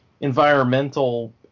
environmental